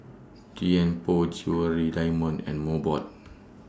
Tianpo Jewellery Diamond and Mobot